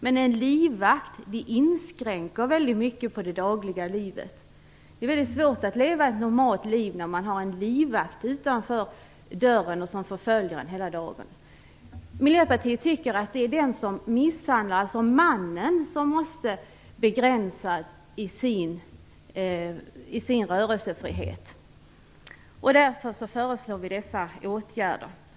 Men en livvakt inskränker väldigt mycket på det dagliga livet. Det är väldigt svårt att leva ett normalt liv när man har en livvakt utanför dörren som följer en hela dagen. Miljöpartiet tycker att det är den som misshandlar, mannen, som måste få sin rörelsefrihet begränsad. Därför föreslår vi vissa åtgärder.